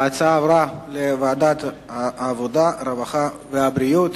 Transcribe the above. ההצעה עברה לוועדת העבודה, הרווחה והבריאות.